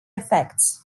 effects